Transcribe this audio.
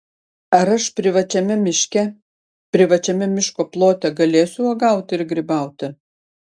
ar aš privačiame miške privačiame miško plote galėsiu uogauti ir grybauti